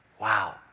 Wow